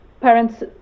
parents